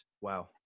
wow